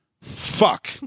Fuck